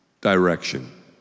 direction